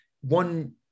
one